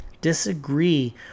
disagree